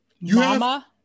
mama